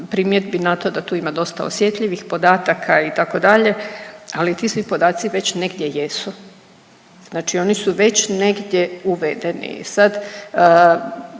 primjedbi na to da tu ima dosta osjetljivih podataka itd., ali ti svi podaci već negdje jesu, znači oni su već negdje uvedeni.